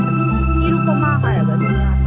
ꯑꯗꯨꯝ ꯅꯤꯔꯨꯄꯃꯥ ꯍꯥꯏꯔꯒ ꯑꯗꯨꯝ ꯌꯥꯔꯦ